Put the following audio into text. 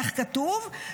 כך כתוב,